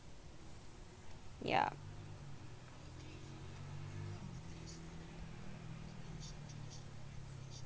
ya